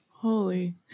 Holy